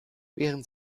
während